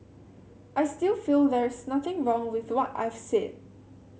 I still feel there is nothing wrong with what I've said